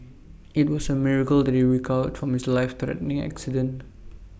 IT was A miracle that he recovered from his life threatening accident